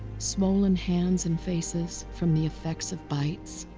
swollen hands and faces from the effects of bites.